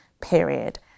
period